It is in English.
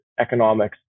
economics